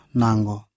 nango